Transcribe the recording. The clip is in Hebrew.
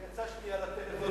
הוא יצא לשנייה לדבר בטלפון בחוץ.